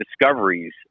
discoveries